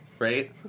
right